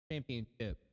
Championship